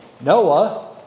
Noah